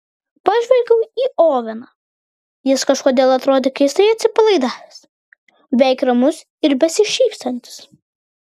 pažvelgiau į oveną jis kažkodėl atrodė keistai atsipalaidavęs beveik ramus ir besišypsantis